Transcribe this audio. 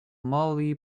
molly